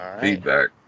feedback